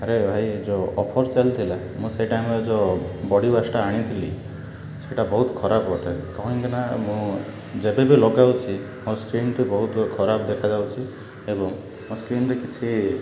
ଆରେ ଭାଇ ଅଫର୍ ଚାଲିଥିଲା ମୁଁ ସେ ଟାଇମ୍ରେ ଯେଉଁ ବଡ଼ି ୱାଶ୍ଟା ଆଣିଥିଲି ସେଟା ବହୁତ ଖରାପ ଅଟେ ମୁଁ ଯେବେ ବି ଲଗାଉଛି ମୋ ସ୍କ୍ରିନ୍ଟି ବହୁତ ଖରାପ ଦେଖାଯାଉଛି ଏବଂ ମୋ ସ୍କ୍ରିନ୍ରେ କିଛି